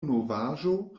novaĵo